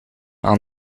aan